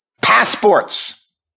passports